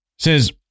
says